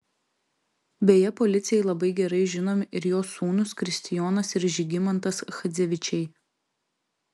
beje policijai labai gerai žinomi ir jo sūnūs kristijonas ir žygimantas chadzevičiai